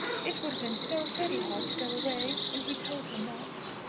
it would have been so very hard to go away, when he told her not.